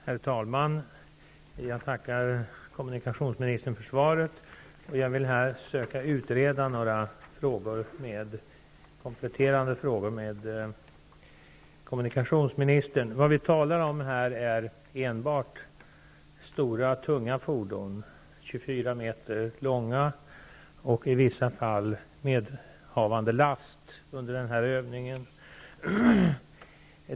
Herr talman! Jag tackar kommunikationsministern för svaret. Jag vill här söka utreda några kompletterande frågor med kommunikationsministern. Vad vi talar om är enbart stora, tunga fordon, 24 meter långa, i vissa fall medhavande last under övningen.